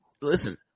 listen